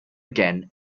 again